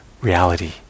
reality